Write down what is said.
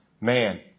man